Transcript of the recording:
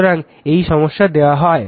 সুতরাং এই সমস্যা দেওয়া হয়